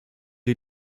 die